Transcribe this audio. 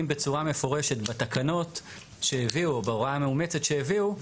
אם בצורה מפורשת בתקנות שהביאו או בהוראה מאומצת שהביאו,